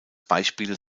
beispiele